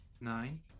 Nine